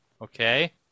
Okay